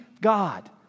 God